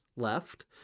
left